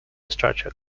structure